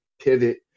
pivot